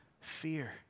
fear